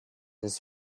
his